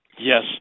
Yes